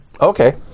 Okay